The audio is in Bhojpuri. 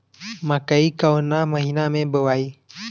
मकई कवना महीना मे बोआइ?